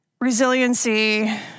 resiliency